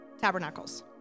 tabernacles